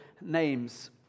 names